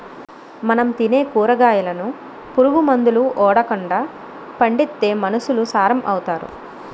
మనం తినే కూరగాయలను పురుగు మందులు ఓడకండా పండిత్తే మనుసులు సారం అవుతారు